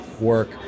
work